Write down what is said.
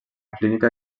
clínica